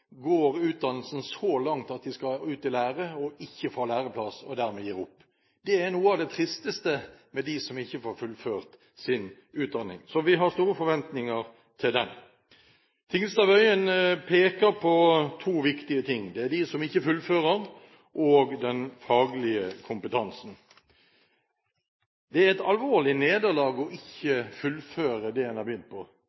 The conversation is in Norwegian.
går utdannelsen så langt at de skal ut i lære, ikke får læreplass – og dermed gir opp. Det er noe av det tristeste med dem som ikke får fullført sin utdanning. Så vi har store forventninger til den. Tingelstad Wøien peker på to viktige ting: Det er de som ikke fullfører, og den faglige kompetansen. Det er et alvorlig nederlag ikke å